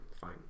Fine